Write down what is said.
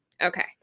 Okay